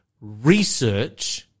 research